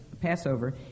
Passover